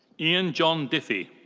ian john diffey.